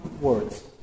words